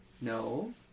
No